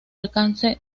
alcance